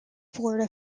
florida